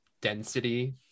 density